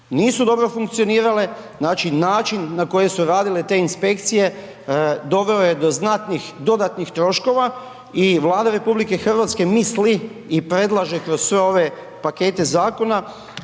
Nisu dobro funkcionirale, znači način na koje su radile te inspekcije doveo je do znatnih dodatnih troškova i Vlada RH misli i predlaže kroz sve ove pakete zakona